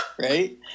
right